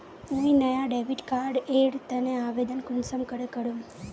मुई नया debit card एर तने आवेदन कुंसम करे करूम?